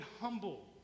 humble